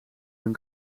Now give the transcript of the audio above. hun